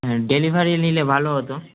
হ্যাঁ ডেলিভারি নিলে ভালো হতো